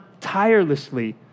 tirelessly